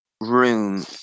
room